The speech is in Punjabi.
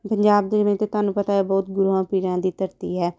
ਪੰਜਾਬ ਜਿਵੇਂ ਕਿ ਤੁਹਾਨੂੰ ਪਤਾ ਹੈ ਬਹੁਤ ਗੁਰੂਆਂ ਪੀਰਾਂ ਦੀ ਧਰਤੀ ਹੈ